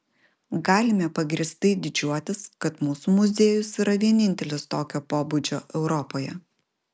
galime pagrįstai didžiuotis kad mūsų muziejus yra vienintelis tokio pobūdžio europoje